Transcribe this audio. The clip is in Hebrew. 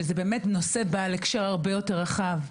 שזה באמת נושא בעל הקשר הרבה יותר רחב,